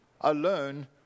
alone